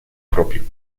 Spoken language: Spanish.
propio